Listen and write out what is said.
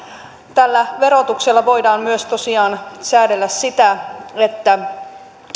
tällä verotuksella voidaan myös tosiaan säädellä sitä että